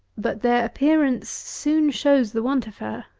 but their appearance soon shows the want of her.